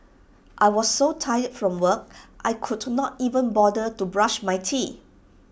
I was so tired from work I could not even bother to brush my teeth